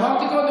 אמרתי קודם.